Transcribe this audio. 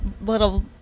little